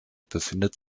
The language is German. befindet